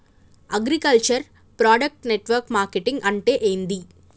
Agriculture product network marketing అంటే ఏంది?